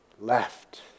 left